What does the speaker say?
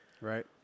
right